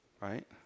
right